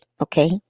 okay